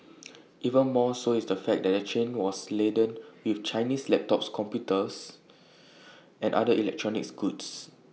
even more so is the fact that the train was laden with Chinese laptop computers and other electronic goods